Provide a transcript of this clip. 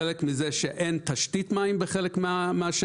חלק מזה שאין תשתית מים בחלק מהשטח,